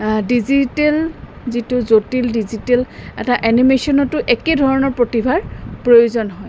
digital যিটো জটিল digital এটা এনিমেশ্যনতো একে ধৰণৰ প্ৰতিভাৰ প্ৰয়োজন হয়